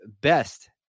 best